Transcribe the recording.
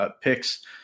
picks